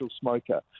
smoker